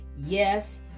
yes